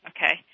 Okay